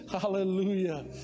Hallelujah